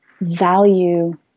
value